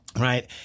right